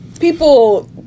people